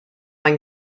ein